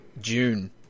June